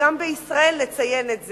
גם בישראל נציין את זה,